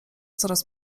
coraz